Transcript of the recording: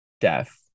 death